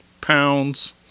pounds